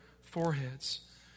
foreheads